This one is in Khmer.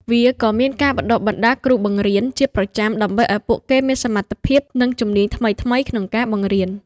វាក៏មានការ បណ្តុះបណ្តាលគ្រូបង្រៀន ជាប្រចាំដើម្បីឱ្យពួកគេមានសមត្ថភាព និងជំនាញថ្មីៗក្នុងការបង្រៀន។